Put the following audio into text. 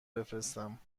بفرستم